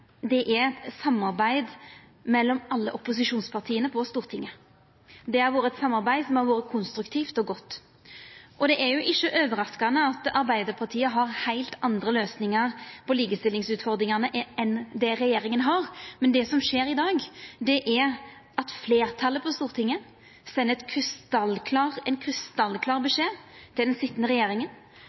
er eit samarbeid mellom alle opposisjonspartia på Stortinget. Det er eit samarbeid som har vore konstruktivt og godt. Det er ikkje overraskande at Arbeidarpartiet har heilt andre løysingar på likestillingsutfordringane enn det regjeringa har, men det som skjer i dag, er at fleirtalet på Stortinget sender ein krystallklar beskjed til den sitjande regjeringa